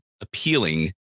appealing